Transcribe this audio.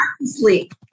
sleep